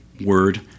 word